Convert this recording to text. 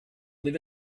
live